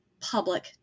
public